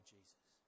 Jesus